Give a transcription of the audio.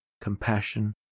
compassion